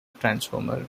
transformer